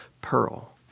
pearl